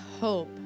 hope